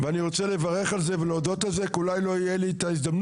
ואני רוצה לברך על זה ולהודות על זה כי אולי לא תהיה לי את ההזדמנות,